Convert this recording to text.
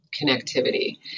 connectivity